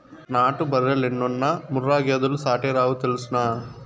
నాటు బర్రెలెన్నున్నా ముర్రా గేదెలు సాటేరావు తెల్సునా